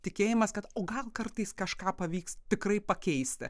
tikėjimas kad o gal kartais kažką pavyks tikrai pakeisti